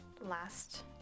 last